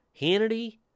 Hannity